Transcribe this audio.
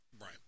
Right